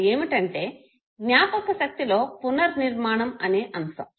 అది ఏమిటంటే జ్ఞాపకశక్తిలో పునర్నిర్మాణం అనే అంశం